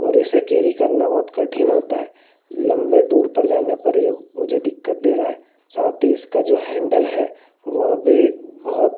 और इसे केरी करना बहुत कठीन होता है लम्बे टूर पर जाने पर ये मुझे दिक्कत दे रहा है साथ ही इसका जो हैंडल है वह भी बहुत